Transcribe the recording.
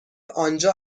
آنجا